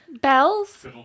Bells